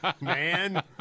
man